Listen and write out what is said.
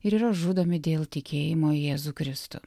ir yra žudomi dėl tikėjimo į jėzų kristų